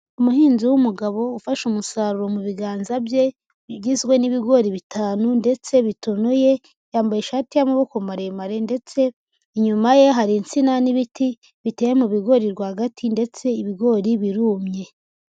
Umuhinzi w'umugabo ufashe umusaruro mu biganza bye ugizwe n'ibigori bitanu ndetse bitonoye, yambaye ishati y'amaboko maremare ndetse inyuma ye hari insina n'ibiti biteye mu bigori rwagati ndetse ibigori birumye.